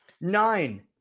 nine